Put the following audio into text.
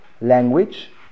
language